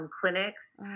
clinics